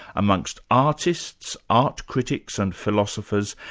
amongst artists, art critics and philosophers,